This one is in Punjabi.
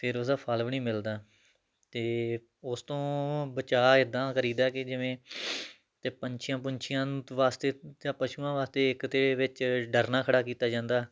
ਫਿਰ ਉਹਦਾ ਫਲ ਵੀ ਨਹੀਂ ਮਿਲਦਾ ਅਤੇ ਉਸ ਤੋਂ ਬਚਾਅ ਇੱਦਾਂ ਕਰੀਦਾ ਕਿ ਜਿਵੇਂ ਤੇ ਪੰਛੀਆਂ ਪੁੰਛੀਆਂ ਨੂੰ ਵਾਸਤੇ ਅਤੇ ਪਸ਼ੂਆਂ ਵਾਸਤੇ ਇੱਕ ਤਾਂ ਵਿੱਚ ਡਰਨਾ ਖੜਾ ਕੀਤਾ ਜਾਂਦਾ